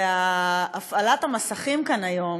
והפעלת המסכים כאן היום,